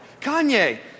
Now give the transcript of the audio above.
Kanye